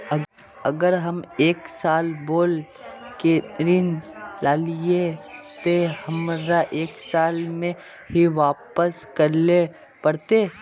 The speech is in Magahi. अगर हम एक साल बोल के ऋण लालिये ते हमरा एक साल में ही वापस करले पड़ते?